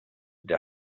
der